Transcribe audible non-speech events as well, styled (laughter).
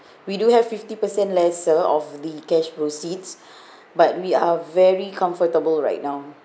we do have fifty percent lesser of the cash proceeds (breath) but we are very comfortable right now